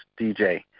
DJ